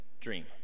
dream